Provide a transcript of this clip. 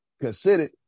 considered